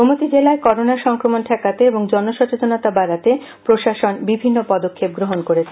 গোমতী জেলায় করোনা সংক্রমণ ঠেকাতে এবং জনসচেতনতা বাড়াতে প্রশাসন বিভিন্ন পদক্ষেপ গ্রহণ করেছে